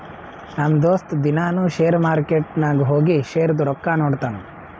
ನಮ್ ದೋಸ್ತ ದಿನಾನೂ ಶೇರ್ ಮಾರ್ಕೆಟ್ ನಾಗ್ ಹೋಗಿ ಶೇರ್ದು ರೊಕ್ಕಾ ನೋಡ್ತಾನ್